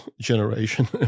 generation